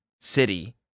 city